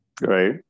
Right